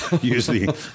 usually